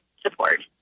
support